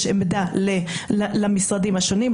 יש עמדה למשרדים השונים,